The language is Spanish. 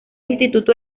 instituto